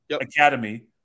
Academy